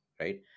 right